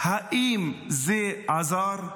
האם זה עזר?